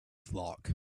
flock